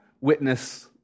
witness